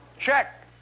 Check